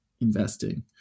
investing